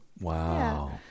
Wow